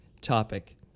topic